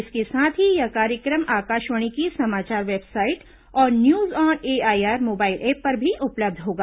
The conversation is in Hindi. इसके साथ ही यह कार्य क्र म आकाशवाणी की समाचार वेबसाइट और news on AIR mobile app पर भी उपलब्ध होगा